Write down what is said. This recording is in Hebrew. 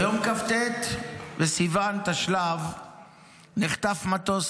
"ביום כ"ט סיוון תשל"ו נחטף מטוס